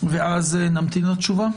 ואז נמתין לתשובה.